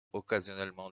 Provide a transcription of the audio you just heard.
occasionnellement